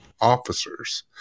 officers